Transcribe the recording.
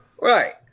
Right